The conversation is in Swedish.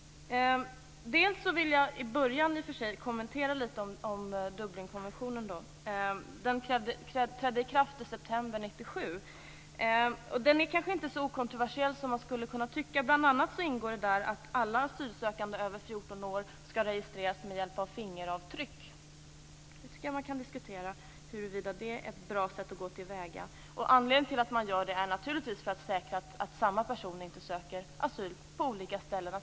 Jag vill till att börja med kommentera Dublinkonventionen litet grand. Den trädde i kraft i september 1997. Den är kanske inte så okontroversiell som man skulle kunna tycka. Bl.a. innebär den att alla asylsökande över 14 år skall registreras med hjälp av fingeravtryck. Jag tycker att man kan diskutera huruvida det är ett bra sätt att gå till väga. Anledningen till att man gör det är naturligtvis att man vill försäkra sig om att samma person inte söker asyl på olika ställen.